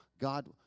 God